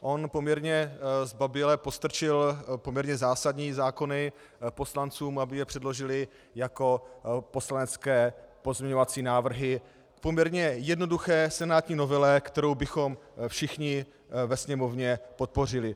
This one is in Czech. On poměrně zbaběle postrčil poměrně zásadní zákony poslanců, aby je předložili jako poslanecké pozměňovací návrhy v poměrně jednoduché senátní novele, kterou bychom všichni ve Sněmovně podpořili.